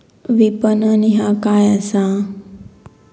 विपणन ह्या काय असा?